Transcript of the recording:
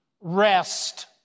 rest